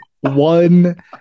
one